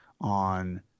On